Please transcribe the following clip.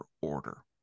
order